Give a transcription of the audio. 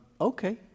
okay